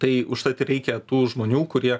tai užtat ir reikia tų žmonių kurie